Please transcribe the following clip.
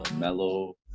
Mellow